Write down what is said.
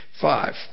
Five